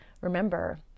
remember